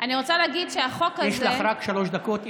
אני רוצה להגיד שהחוק הזה, יש לך רק שלוש דקות.